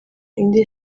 indi